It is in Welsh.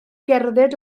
gerdded